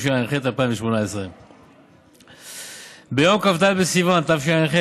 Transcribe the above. התשע"ח 2018. ביום כ"ד בסיוון התשע"ח,